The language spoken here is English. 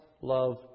love